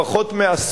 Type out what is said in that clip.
בתוך פחות מעשור,